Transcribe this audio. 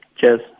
Cheers